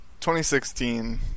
2016